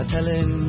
Telling